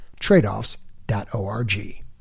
tradeoffs.org